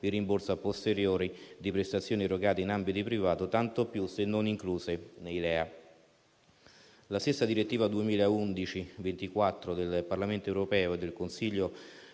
il rimborso a posteriori di prestazioni erogate in ambiti privati, tanto più se non incluse nei LEA. La stessa direttiva n. 24 del 2011del Parlamento europeo e del Consiglio